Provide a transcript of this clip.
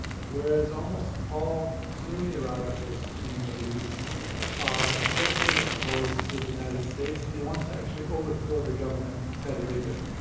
whereas almost all sunni radicals in the middle east are deathly opposed to the united states, and they want to actually overthrow the government of saudi arabia.